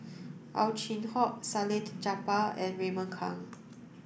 Ow Chin Hock Salleh Japar and Raymond Kang